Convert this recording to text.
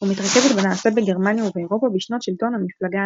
ומתרכזת בנעשה בגרמניה ובאירופה בשנות שלטון המפלגה הנאצית,